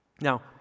Now